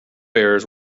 bears